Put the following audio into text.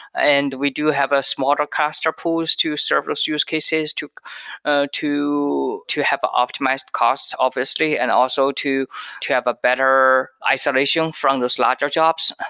and we do have ah smaller cluster pools to serve those use cases to ah to have optimized costs obviously and also to to have a better isolation from those larger jobs.